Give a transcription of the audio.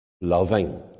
loving